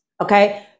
Okay